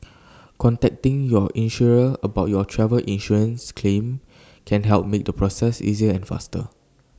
contacting your insurer about your travel insurance claim can help make the process easier and faster